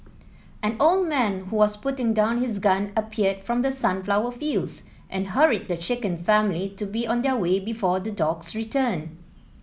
an old man who was putting down his gun appeared from the sunflower fields and hurried the shaken family to be on their way before the dogs return